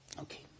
Okay